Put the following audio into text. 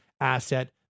asset